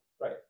right